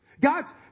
God's